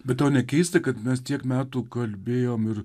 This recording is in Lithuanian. be tau nekeista kad mes tiek metų kalbėjom ir